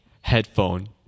headphone